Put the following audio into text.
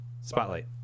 Spotlight